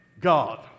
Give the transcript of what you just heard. God